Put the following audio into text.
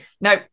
Now